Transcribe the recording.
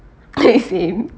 K same